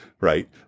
right